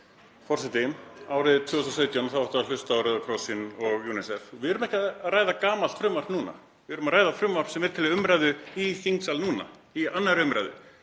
Forseti. Árið 2017 átti að hlusta á Rauða krossinn og UNICEF. Við erum ekki að ræða gamalt frumvarp núna, við erum að ræða frumvarp sem er til umræðu í þingsal núna í 2. umr.